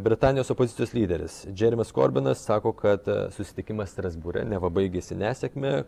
britanijos opozicijos lyderis džeremis korbinas sako kad susitikimas strasbūre neva baigėsi nesėkme